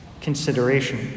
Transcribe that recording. consideration